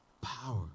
power